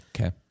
Okay